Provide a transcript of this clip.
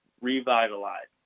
revitalized